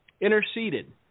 interceded